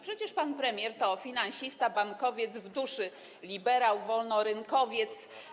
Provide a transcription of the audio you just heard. Przecież pan premier to finansista, bankowiec, w duszy liberał, wolnorynkowiec.